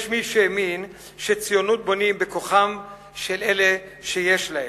יש מי שהאמין שציונות בונים בכוחם של אלה שיש להם,